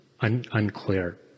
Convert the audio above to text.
unclear